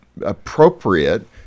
appropriate